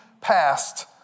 past